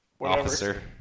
officer